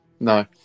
No